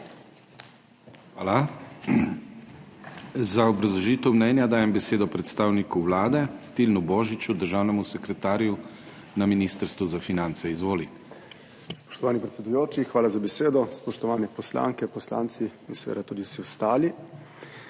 Hvala. Za obrazložitev mnenja, dajem besedo predstavniku Vlade Tilnu Božiču, državnemu sekretarju na Ministrstvu za finance. Izvoli. TILEN BOŽIČ (državni sekretar MF): Spoštovani predsedujoči, hvala za besedo. Spoštovani poslanke, poslanci in seveda tudi vsi ostali!